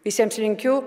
visiems linkiu